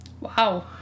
Wow